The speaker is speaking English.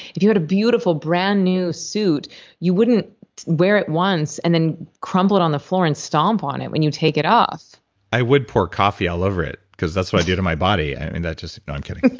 if you had a beautiful, brand new suit, you wouldn't wear it once and then crumple it on the floor and stomp on it when you take it off i would pour coffee all over it, because that's what i do to my body, and that just. no i'm kidding